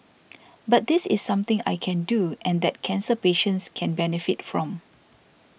but this is something I can do and that cancer patients can benefit from